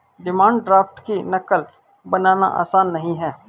demand draft की नक़ल बनाना आसान नहीं है